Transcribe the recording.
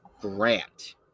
Grant